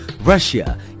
Russia